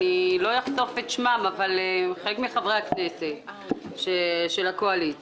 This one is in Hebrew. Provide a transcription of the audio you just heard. לא אחשוף את שמם אבל הם חלק מחברי הכנסת של הקואליציה,